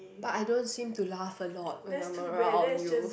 but I don't seem to laugh a lot when I am around you